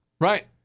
Right